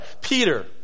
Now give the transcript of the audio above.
Peter